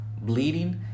bleeding